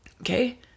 Okay